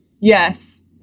Yes